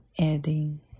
adding